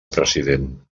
president